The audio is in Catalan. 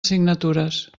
signatures